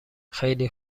خیلی